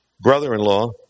brother-in-law